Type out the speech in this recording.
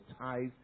tithes